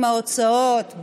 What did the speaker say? עם ההוצאות,